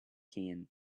can